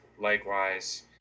likewise